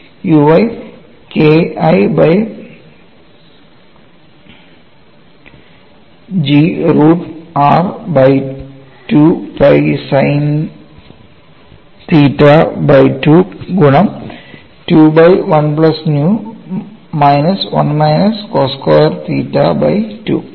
Uy KI by G root r by 2 pi sine theta by 2 ഗുണം 2 by 1 plus nu minus 1 cos square theta by 2